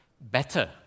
better